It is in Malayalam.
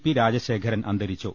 പി രാജശേഖരൻ അന്തരിച്ചു